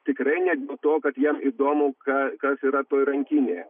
tikrai ne dėl to kad jiem įdomu ką kas yra toj rankinėje